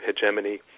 hegemony